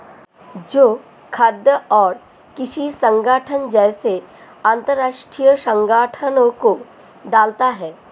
यह खाद्य और कृषि संगठन जैसे अंतरराष्ट्रीय संगठनों को डालता है